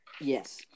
yes